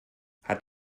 hat